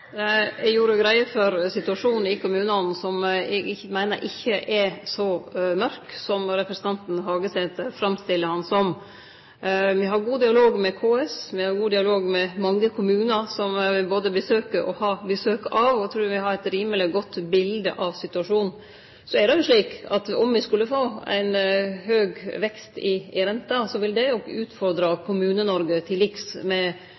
Eg gjorde greie for situasjonen i kommunane som eg meiner ikkje er så mørk som representanten Hagesæter framstiller han som. Me har god dialog med KS, og me har god dialog med mange kommunar som me både besøker og har besøk av, og eg trur me har eit rimeleg godt bilete av situasjonen. Så er det jo slik at om me skulle få ein høg vekst i renta, vil det utfordre Kommune-Noreg til liks med